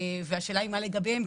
והשאלה מה לגביהם?